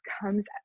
comes